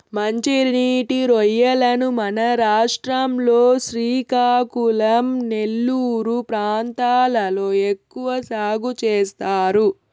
మంచి నీటి రొయ్యలను మన రాష్ట్రం లో శ్రీకాకుళం, నెల్లూరు ప్రాంతాలలో ఎక్కువ సాగు చేస్తారు